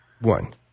One